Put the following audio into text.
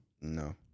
No